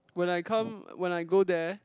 when I come when I go there